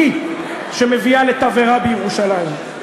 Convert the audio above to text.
היא שמביאה לתבערה בירושלים.